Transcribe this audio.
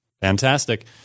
Fantastic